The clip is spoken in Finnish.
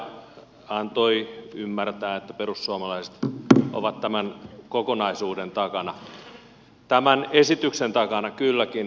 edustaja kataja antoi ymmärtää että perussuomalaiset ovat tämän kokonaisuuden takana tämän esityksen takana kylläkin